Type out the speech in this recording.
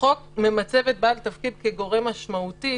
החוק ממצב בעל תפקיד כגורם משמעותי,